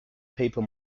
paper